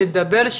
שידבר,